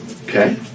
Okay